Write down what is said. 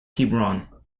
hebron